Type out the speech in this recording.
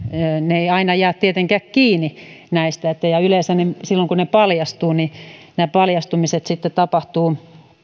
ei aina jää tietenkään kiinni yleensä silloin kun ne paljastuvat ne paljastumiset sitten tapahtuvat